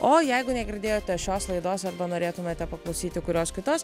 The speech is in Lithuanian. o jeigu negirdėjote šios laidos arba norėtumėte paklausyti kurios kitos